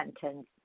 sentence